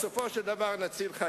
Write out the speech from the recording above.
בסוכנות היהודית ובהסתדרות הציונית.